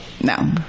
no